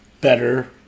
better